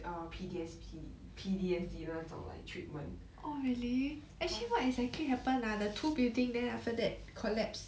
err P_D_S_P P_D_F_D 的那种 like treatment